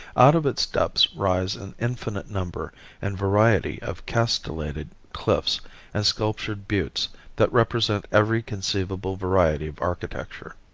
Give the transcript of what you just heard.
out of its depths rise an infinite number and variety of castellated cliffs and sculptured buttes that represent every conceivable variety of architecture.